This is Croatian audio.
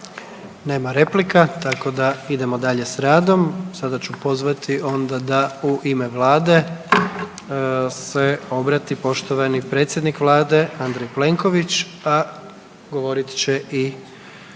Nema replika tako da idemo dalje s radom. Sada ću pozvati onda da u ime Vlade se obrati poštovani predsjednik Vlade Andrej Plenković, pa govorit će i